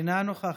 אינה נוכחת,